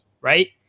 right